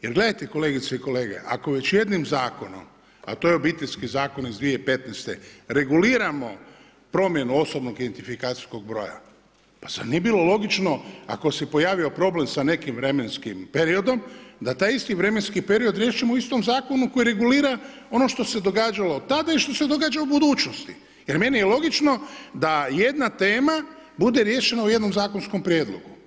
Jer gledajte kolegice i kolege, ako već jednim zakonom, a to je Obiteljski zakon iz 2015. reguliramo promjenu OIB-a, zar nije bilo logično ako se pojavio problem sa nekim vremenskim periodom da taj isti vremenski period riješimo u istom zakonu koji regulira ono što se događalo tada i što se događa u budućnosti, jer meni je logično da jedna tema bude riješena u jednom zakonskom prijedlogu.